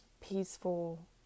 peaceful